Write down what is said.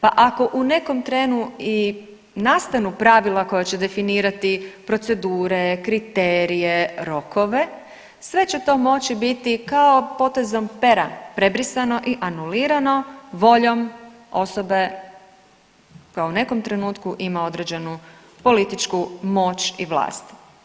Pa ako u nekom trenu i nastanu pravila koja će definirati procedure, kriterije, rokove, sve će to moći biti kao potezom pera prepisano i anulirano voljom osobe koja u nekom trenutku ima određenu političku moć i vlast.